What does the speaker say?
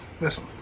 Listen